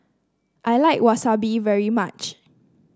I like Wasabi very much